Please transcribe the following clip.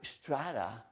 strata